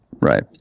right